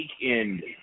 Weekend